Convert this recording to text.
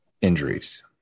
injuries